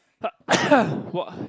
wa~